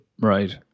Right